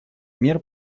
мер